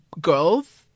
girls